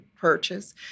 purchase